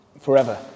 Forever